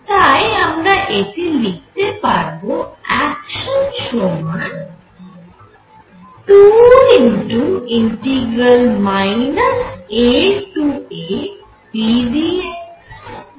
তাই আমরা এটি লিখতে পারব অ্যাকশান সমান 2 AAp dx